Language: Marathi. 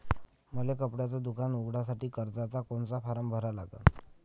मले कपड्याच दुकान उघडासाठी कर्जाचा कोनचा फारम भरा लागन?